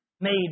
made